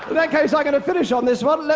that case, i'm going to finish on this one.